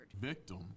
victim